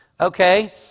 okay